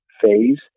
phase